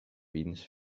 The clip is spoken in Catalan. vins